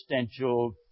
existential